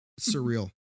Surreal